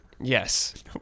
Yes